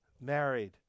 married